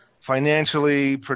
financially